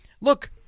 look